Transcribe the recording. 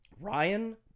Ryan